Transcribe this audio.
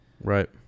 Right